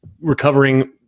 recovering